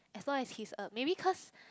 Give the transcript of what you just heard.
as long as he's a maybe cause